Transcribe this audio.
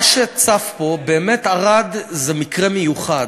מה שצף פה, באמת, ערד זה מקרה מיוחד.